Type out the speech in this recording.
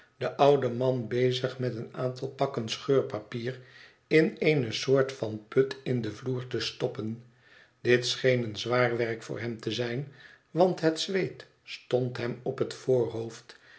den ouden man bezig met een aantal pakken scheurpapier in eene soort van put in den vloer te stoppen dit scheen een zwaar werk voor hem te zijn want het zweet stond hem op het voorhoofd